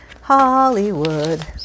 Hollywood